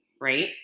right